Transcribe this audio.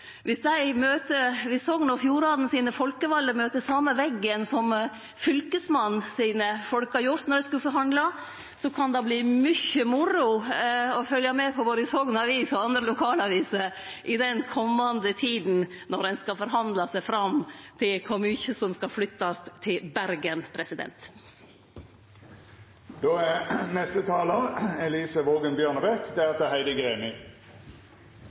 Viss dei folkevalde i Sogn og Fjordane møter den same veggen som folka til Fylkesmannen gjorde då dei skulle forhandle, kan det verte mykje moro å følgje med på både i Sogn Avis og andre lokalaviser i den komande tida når ein skal forhandle om kor mykje som skal flyttast til Bergen. Etter fire år med overforbruk og store underskudd har regjeringen endelig strammet inn på bruken av oljepenger. Det er